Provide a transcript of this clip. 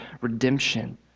redemption